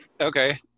Okay